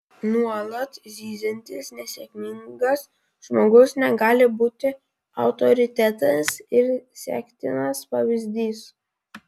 nuolat zyziantis nesėkmingas žmogus negali būti autoritetas ir sektinas pavyzdys